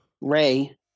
Ray